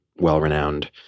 well-renowned